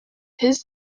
his